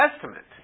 Testament